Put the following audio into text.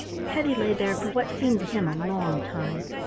teddy lay there for what seemed to him a long time.